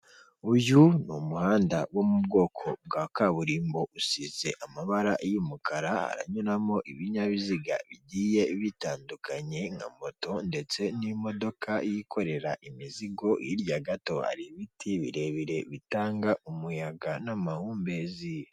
Uyu ni umuhanda wo mu bwoko bwa kaburimbo usize amabara y'umukara haranyuramo ibinyabiziga bigiye bitandukanye nka moto ndetse n'imodoka yikorera imizigo, hirya gato hari ibiti birebire bitanga umuyaga n'amahumbezi.